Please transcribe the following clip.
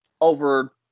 over